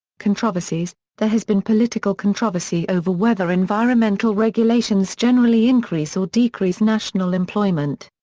controversies there has been political controversy over whether environmental regulations generally increase or decrease national employment.